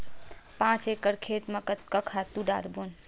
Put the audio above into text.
पांच एकड़ खेत म कतका खातु डारबोन?